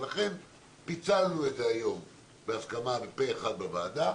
ולכן, פיצלנו את זה היום בהסכמה פה אחד בוועדה.